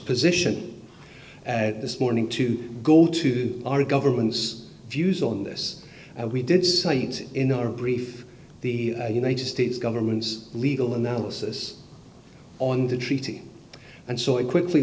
position this morning to go to our government's views on this and we did state in our brief the united states government's legal analysis on the treaty and so it quickly